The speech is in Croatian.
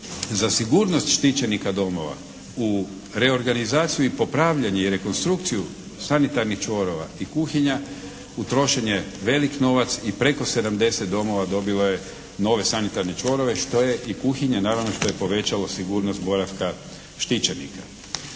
za sigurnost štićenika domova u reorganizaciju i popravljanje i rekonstrukciju sanitarnih čvorova i kuhinja utrošen je velik novac i preko 70 domova dobilo je nove sanitarne čvorove što je, i kuhinje naravno što je povećalo sigurnost boravka štićenika.